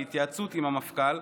בהתייעצות עם המפכ"ל,